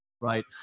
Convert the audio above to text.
Right